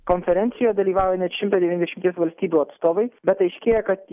konferencijoje dalyvauja net šimto devyniasdešimties valstybių atstovai bet aiškėja kad